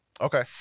Okay